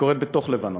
בתוך לבנון.